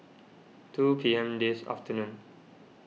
two P M this afternoon